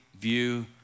view